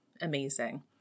amazing